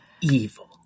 evil